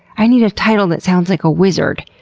i need a title that sounds like a wizard!